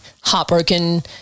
heartbroken